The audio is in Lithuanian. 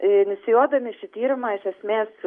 inicijuodami šį tyrimą iš esmės